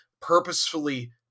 purposefully